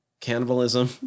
Cannibalism